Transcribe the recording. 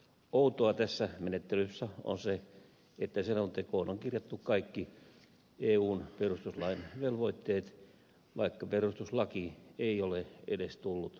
outoa tässä menettelyssä on se että selontekoon on kirjattu kaikki eun perustuslain velvoitteet vaikka perustuslaki ei ole edes tullut voimaan